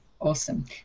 Awesome